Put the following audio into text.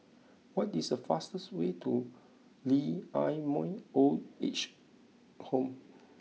what is the fastest way to Lee Ah Mooi Old Age Home